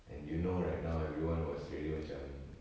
and you know right now everyone was really macam